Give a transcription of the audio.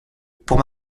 pour